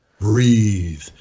Breathe